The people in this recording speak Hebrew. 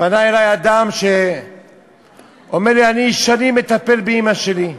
פנה אלי אדם ואמר לי: אני שנים מטפל באימא שלי,